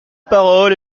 parole